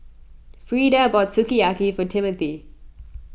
Freeda bought Sukiyaki for Timmothy